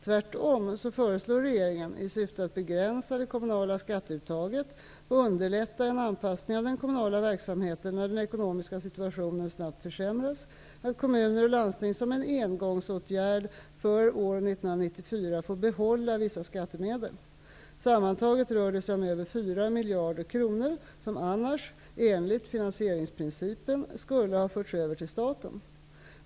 Tvärtom föreslår regeringen, i syfte att begränsa det kommunala skatteuttaget och underlätta en anpassning av den kommunala verksamheten när den ekonomiska situationen snabbt försämras, att kommuner och landsting som en engångsåtgärd för år 1994 får behålla vissa skattemedel. Sammantaget rör det sig om över 4 miljarder kronor som annars enligt finansieringsprincipen skulle ha förts över till staten.